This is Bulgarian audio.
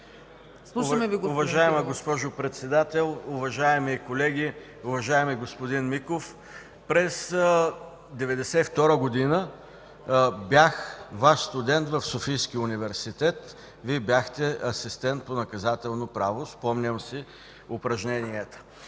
Уважаема госпожо Председател, уважаеми колеги! Уважаеми господин Миков, през 1992 г. бях Ваш студент в Софийския университет. Вие бяхте асистент по наказателно право, спомням си упражненията.